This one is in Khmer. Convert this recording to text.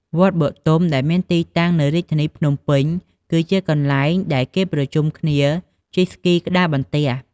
វត្តបទុមដែលមានទីតាំងនៅរាជធានីភ្នំពេញគឺជាកន្លែងដែលគេប្រជុំគ្នាជិះស្គីក្ដារបន្ទះ។